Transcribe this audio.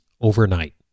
overnight